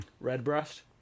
Redbreast